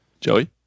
Joey